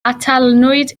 atalnwyd